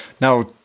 Now